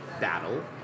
battle